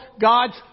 God's